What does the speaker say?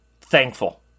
thankful